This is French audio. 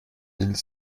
mille